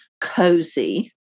cozy